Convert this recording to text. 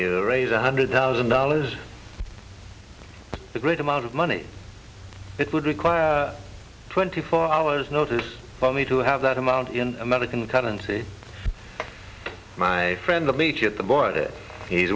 you raise a hundred thousand dollars the great amount of money it would require twenty four hours notice for me to have that amount in american currency my friend the beach at the border i